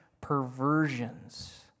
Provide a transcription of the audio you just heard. perversions